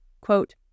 quote